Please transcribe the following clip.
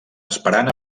esperant